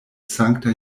sankta